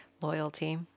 Loyalty